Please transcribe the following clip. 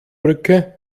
brücke